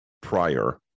prior